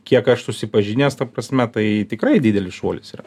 kiek aš susipažinęs ta prasme tai tikrai didelis šuolis yra